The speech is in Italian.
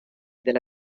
della